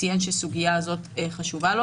ציין שסוגיה זאת חשובה לו.